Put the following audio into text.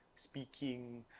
speaking